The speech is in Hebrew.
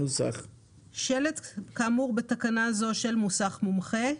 "שלט כאמור בתקנה זו של מוסך מומחה,